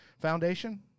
foundation